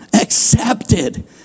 accepted